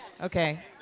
Okay